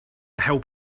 help